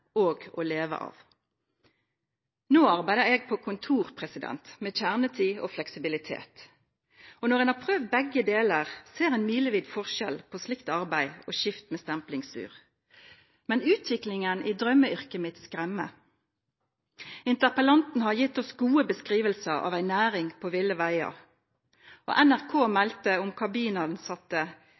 og til å leve av. Nå arbeider jeg på kontor med kjernetid og fleksibilitet. Og når en har prøvd begge deler, ser en milevis forskjell på slikt arbeid og skift med stemplingsur. Men utviklingen i drømmeyrket mitt skremmer. Interpellanten har gitt oss gode beskrivelser av en næring på ville veier, og NRK meldte om kabinansatte